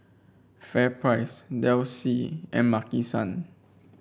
FairPrice Delsey and Maki San